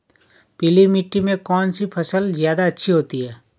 पीली मिट्टी में कौन सी फसल ज्यादा अच्छी होती है?